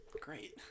great